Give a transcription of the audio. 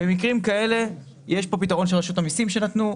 במקרים כאלה יש כאן פתרון שנתנה רשות המסים.